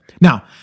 Now